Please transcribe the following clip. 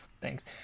Thanks